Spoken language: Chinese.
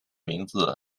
名字